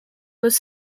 was